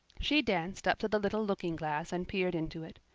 she danced up to the little looking-glass and peered into it.